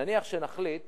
נניח שנחליט